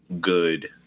good